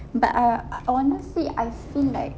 but ah I honestly I feel like